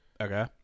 Okay